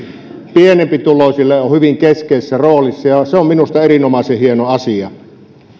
pienempituloisille on hyvin keskeisessä roolissa ja se on minusta erinomaisen hieno asia